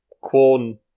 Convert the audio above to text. corn